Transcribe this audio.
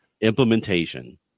implementation